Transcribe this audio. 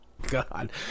God